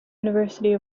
university